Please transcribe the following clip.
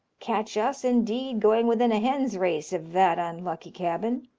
catch us, indeed, going within a hen's race of that unlucky cabin!